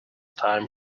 time